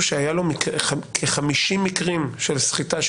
שהיו לו כ-50 מקרים של סחיטה באיומים,